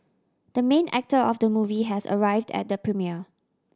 the main actor of the movie has arrived at the premiere